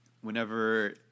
Whenever